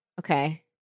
Okay